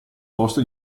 posto